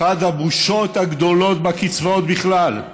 אחת הבושות הגדולות בקצבאות בכלל,